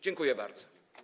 Dziękuję bardzo.